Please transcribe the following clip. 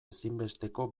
ezinbesteko